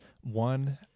One